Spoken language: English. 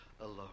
alone